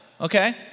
Okay